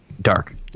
Dark